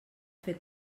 fer